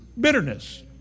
Bitterness